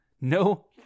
No